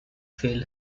fail